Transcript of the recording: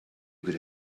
could